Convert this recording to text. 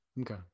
Okay